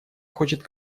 хочет